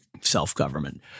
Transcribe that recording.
self-government